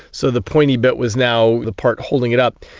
so the pointy bit was now the part holding it up.